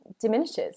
diminishes